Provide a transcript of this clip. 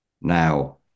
now